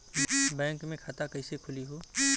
Bank मे खाता कईसे खुली हो?